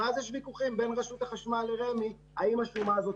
ואז יש ויכוחים בין רשות החשמל לרמ"י האם השומה הזאת